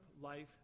life